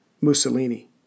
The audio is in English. Mussolini